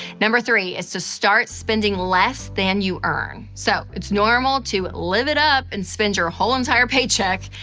number three is to start spending less than you earn. so, it's normal to live it up and spend your whole entire paycheck.